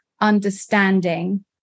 understanding